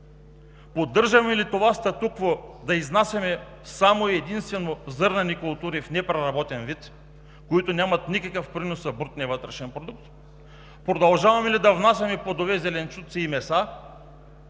поддържаме ли това статукво да изнасяме само и единствено зърнени култури в непреработен вид, които нямат никакъв принос в брутния вътрешен продукт; продължаваме ли да внасяме плодове, зеленчуци и меса,